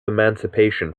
emancipation